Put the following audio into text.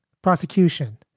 prosecution,